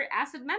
acid